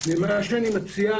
ומה שאני מציע,